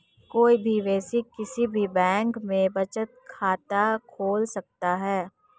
कोई भी वयस्क किसी भी बैंक में बचत खाता खोल सकता हैं